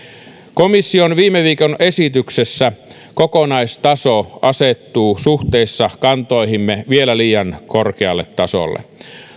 komission viime viikon esityksessä kokonaistaso asettuu suhteessa kantoihimme vielä liian korkealle tasolle